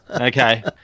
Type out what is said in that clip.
okay